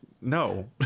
no